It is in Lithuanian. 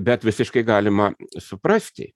bet visiškai galima suprasti